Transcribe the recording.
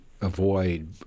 avoid